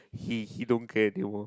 he he don't care anymore